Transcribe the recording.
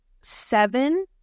seven